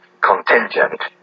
contingent